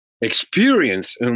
experience